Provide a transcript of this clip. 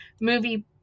movie